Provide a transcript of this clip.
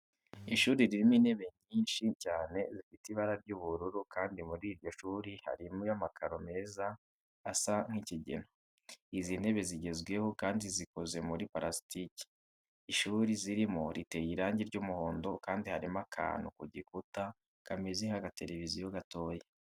Ishuri ririmo intebe nyinshi cyane zifite ibara ry'ubururu kandi muri iryo shuri harimo amakaro meza asa nk'ikigina. Izi ntebe zigezweho kandi zikoze muri parasitike. Ishuri zirimo riteyemo irangi ry'umuhondo kandi harimo akantu ku gikuta kameze nk'agateleviziyo gatoya.